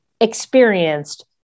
experienced